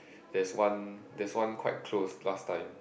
there is one there is one quite close last time